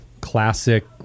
classic